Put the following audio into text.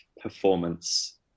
performance